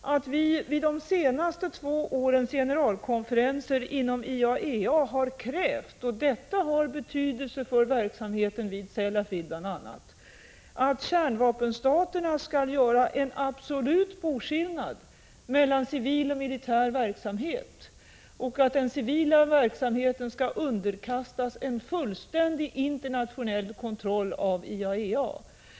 att vi vid de senaste två årens generalkonferenser inom IAEA har krävt, och detta har betydelse för verksamheten vid bl.a. Sellafield, att kärnvapenstaterna skall göra en absolut boskillnad mellan civil och militär verksamhet och att den civila verksamheten skall underkastas en fullständig internationell kontroll av IAEA.